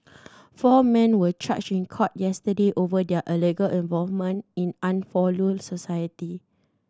four men were charged in court yesterday over their alleged involvement in unlawful society